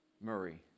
Murray